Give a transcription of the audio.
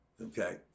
Okay